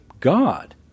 God